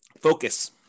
Focus